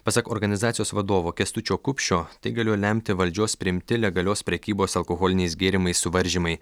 pasak organizacijos vadovo kęstučio kupšio tai galėjo lemti valdžios priimti legalios prekybos alkoholiniais gėrimais suvaržymai